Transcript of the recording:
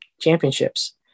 Championships